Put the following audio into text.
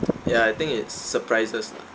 ya I think it's surprises lah